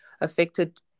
affected